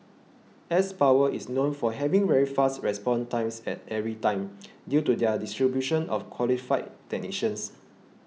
s Power is known for having very fast response times at every time due to their distribution of qualified technicians